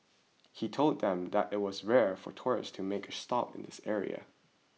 he told them that it was rare for tourists to make a stop at this area